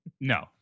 No